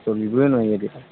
চলিবই নোৱাৰি এতিয়া